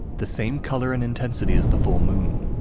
the same color and intensity as the full moon.